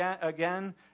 again